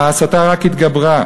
ההסתה רק התגברה,